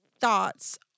thoughts